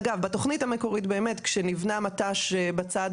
אגב בתכנית המקורית באמת שנבנה מט"ש בצד